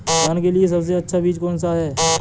धान के लिए सबसे अच्छा बीज कौन सा है?